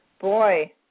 Boy